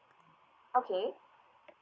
okay